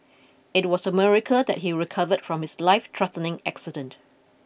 it was a miracle that he recovered from his lifethreatening accident